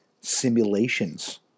simulations